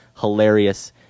Hilarious